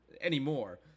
anymore